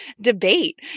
debate